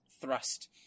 thrust